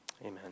amen